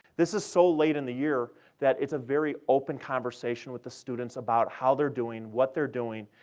this is so late in the year that it's a very open conversation with the students about how they're doing, what they're doing.